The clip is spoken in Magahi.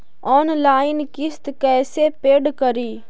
ऑनलाइन किस्त कैसे पेड करि?